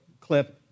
clip